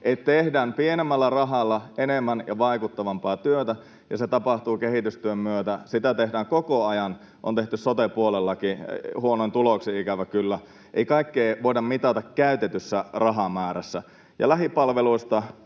tehdään pienemmällä rahalla enemmän ja vaikuttavampaa työtä, ja se tapahtuu kehitystyön myötä. Sitä tehdään koko ajan, on tehty sote-puolellakin, huonoin tuloksin, ikävä kyllä. Ei kaikkea voida mitata käytetyssä rahamäärässä. Lähipalveluista